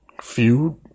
feud